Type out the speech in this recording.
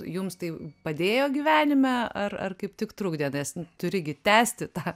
jums tai padėjo gyvenime ar ar kaip tik trukdė nes turi gi tęsti tą